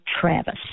Travis